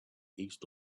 east